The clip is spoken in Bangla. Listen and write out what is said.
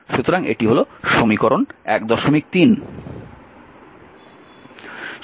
সুতরাং এটি হল সমীকরণ 13